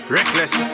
Reckless